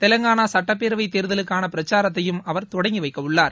தெலங்கானா சட்டப்பேரவைத் தேர்தலுக்கான பிரச்சாரத்தையும் அவர் தொடங்கி வைக்கவுள்ளார்